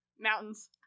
Mountains